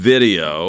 Video